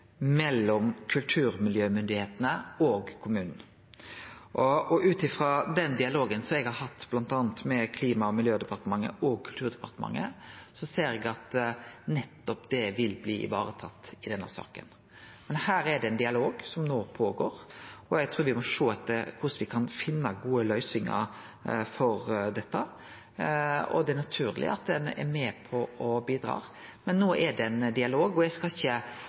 mellom kulturmiljømyndigheitene og kommunen. Ut frå den dialogen eg har hatt med bl.a. Klima- og miljødepartementet og Kulturdepartementet, ser eg at nettopp det vil bli ivaretatt i denne saka. Men her er det ein dialog som no går føre seg, og eg trur me må sjå etter korleis me kan finne gode løysingar for dette. Det er naturleg at ein er med på å bidra, men no er det ein dialog, og eg skal ikkje